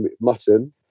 mutton